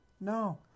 No